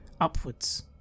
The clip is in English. upwards